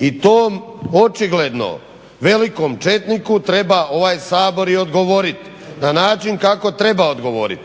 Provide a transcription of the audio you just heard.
I tom očigledno velikom četniku treba ovaj Sabor i odgovoriti na način kako treba odgovoriti